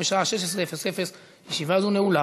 ההצעה תועלה, בעזרת השם, לדיון במליאה.